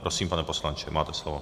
Prosím, pane poslanče, máte slovo.